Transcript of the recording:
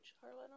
Charlotte